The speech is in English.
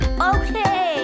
Okay